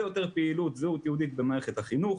יותר פעילות זהות יהודית במערכת החינוך,